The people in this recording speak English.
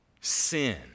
Sin